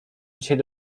dzisiaj